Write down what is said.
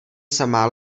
samá